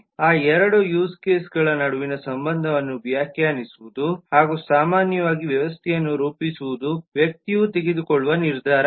ಆ ಎರಡು ಯೂಸ್ ಕೇಸ್ಗಳು ನಡುವಿನ ಸಂಬಂಧವನ್ನು ವ್ಯಾಖ್ಯಾನಿಸುವುದು ಸಾಮಾನ್ಯವಾಗಿ ವ್ಯವಸ್ಥೆಯನ್ನು ರೂಪಿಸುವುದು ವ್ಯಕ್ತಿ ತೆಗೆದುಕೊಳ್ಳುವ ನಿರ್ಧಾರ